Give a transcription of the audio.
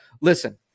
Listen